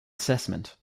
assessment